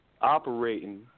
operating